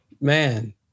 man